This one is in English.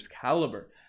caliber